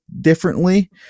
differently